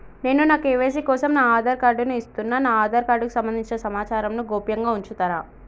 నేను నా కే.వై.సీ కోసం నా ఆధార్ కార్డు ను ఇస్తున్నా నా ఆధార్ కార్డుకు సంబంధించిన సమాచారంను గోప్యంగా ఉంచుతరా?